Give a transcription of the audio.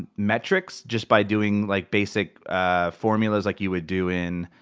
metrics just by doing like basic formulas like you would do in